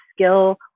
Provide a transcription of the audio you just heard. skill